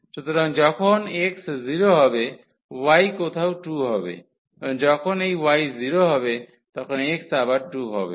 সুতরাং যখন x 0 হবে y কোথাও 2 হবে এবং যখন এই y 0 হবে তখন x আবার 2 হবে